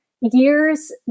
years